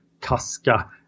Kaska